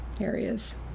areas